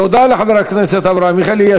תודה לחבר הכנסת אברהם מיכאלי.